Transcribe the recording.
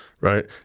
right